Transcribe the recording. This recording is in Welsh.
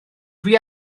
dwi